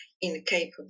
incapable